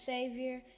Savior